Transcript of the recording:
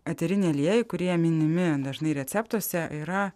eteriniai aliejai kurie minimi dažnai receptuose yra